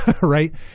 Right